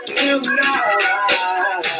tonight